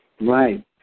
Right